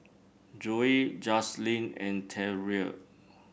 Zoe Jaslene and Terell